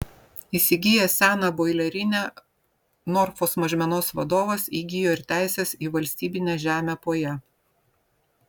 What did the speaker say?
įsigijęs seną boilerinę norfos mažmenos vadovas įgijo ir teises į valstybinę žemę po ja